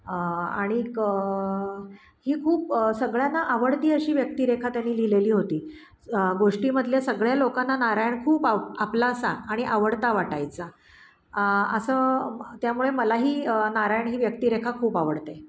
आणिक ही खूप सगळ्यांना आवडती अशी व्यक्तिरेखा त्यांनी लिहिलेली होती गोष्टीमधल्या सगळ्या लोकांना नारायण खूप आव आपलासा आणि आवडता वाटायचा असं त्यामुळे मलाही नारायण ही व्यक्तिरेखा खूप आवडते